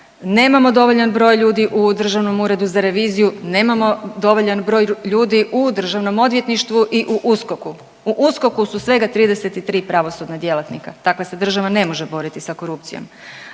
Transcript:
Nemamo dovoljan broj ljudi u Državnom uredu za reviziju, nemamo dovoljan broj ljudi u Državnom odvjetništvu i u USKOK-u. U USKOK-u su svega 33 pravosudna djelatnika. Takva se država ne može boriti sa korupciji.